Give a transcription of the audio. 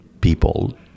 people